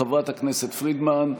חברת הכנסת פרידמן,